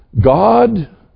God